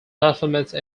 performance